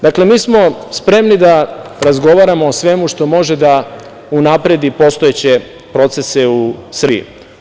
Dakle, mi smo spremni da razgovaramo o svemu što može da unapredi postojeće procese u Srbiji.